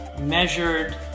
measured